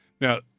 Now